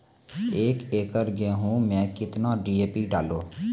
एक एकरऽ गेहूँ मैं कितना डी.ए.पी डालो?